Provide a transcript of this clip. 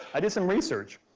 i did some research.